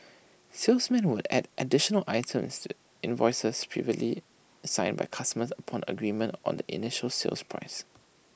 salesmen would add additional items invoices previously signed by customers upon agreement on the initial sale prices